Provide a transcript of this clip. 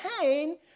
pain